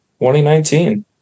2019